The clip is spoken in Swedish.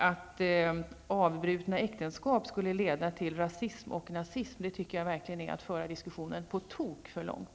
Att avbrutna äktenskap skulle leda till rasism och nazism tycker jag är att föra diskussionen på tok för långt.